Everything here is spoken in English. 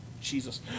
Jesus